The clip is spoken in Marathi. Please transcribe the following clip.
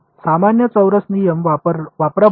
सामान्य चौरस नियम वापरा बरोबर